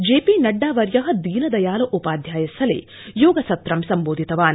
ज ्रीी नड्डा वर्य दीनदलाय उपाध्याय स्थलञिगसत्रं सम्बोधितवान्